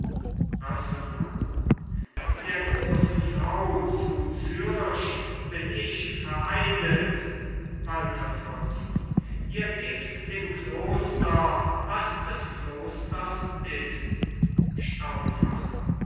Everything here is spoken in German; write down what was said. rösselmann der grossen frau zu zürch bin ich vereidet walther fürst ihr gebt dem kloster was des klosters ist